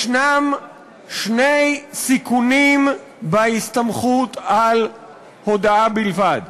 יש שני סיכונים בהסתמכות על הודאה בלבד: